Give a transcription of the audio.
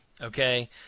okay